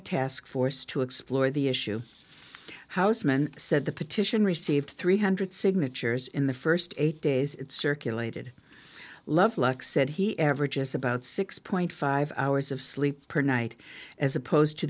a task force to explore the issue housman said the petition received three hundred signatures in the first eight days circulated lovelock said he averages about six point five hours of sleep per night as opposed to